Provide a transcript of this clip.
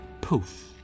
poof